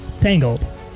Tangled